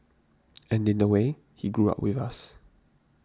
and in a way he grew up with us